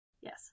Yes